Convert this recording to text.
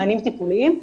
מענים טיפוליים,